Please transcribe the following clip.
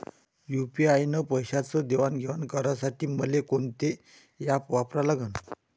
UPI न पैशाचं देणंघेणं करासाठी मले कोनते ॲप वापरा लागन?